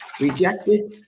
rejected